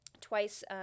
Twice